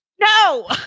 no